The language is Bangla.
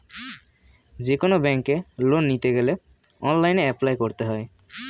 যেকোনো ব্যাঙ্কে লোন নিতে গেলে অনলাইনে অ্যাপ্লাই করতে হয়